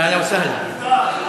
אהלן וסהלן.